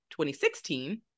2016